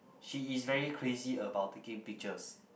she is very crazy about taking pictures